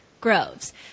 Groves